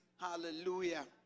Hallelujah